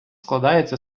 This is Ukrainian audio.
складається